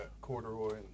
corduroy